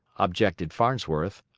objected farnsworth.